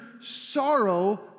sorrow